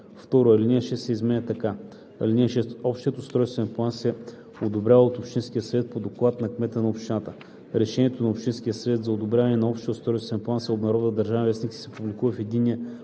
2. Алинея 6 се изменя така: „(6) Общият устройствен план се одобрява от общинския съвет по доклад на кмета на общината. Решението на общинския съвет за одобряване на общия устройствен план се обнародва в „Държавен вестник“ и се публикува в Единния